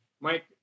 Mike